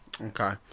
okay